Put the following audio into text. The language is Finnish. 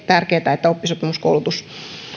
tärkeää että oppisopimuskoulutus